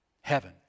Heaven